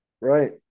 Right